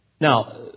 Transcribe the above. Now